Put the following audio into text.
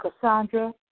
Cassandra